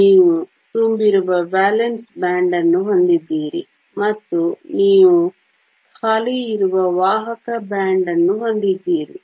ನೀವು ತುಂಬಿರುವ valence band ಅನ್ನು ಹೊಂದಿದ್ದೀರಿ ಮತ್ತು ನೀವು ಖಾಲಿ ಇರುವ ವಾಹಕ ಬ್ಯಾಂಡ್ ಅನ್ನು ಹೊಂದಿದ್ದೀರಿ